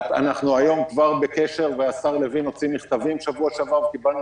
אנחנו היום כבר בקשר והשר לוין הוציא מכתבים בשבוע שעבר וקיבלנו